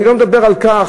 אני לא מדבר על כך,